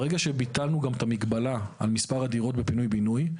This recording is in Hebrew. ברגע שביטלנו גם את המגבלה על מספר הדירות בפינוי בינוי,